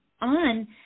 on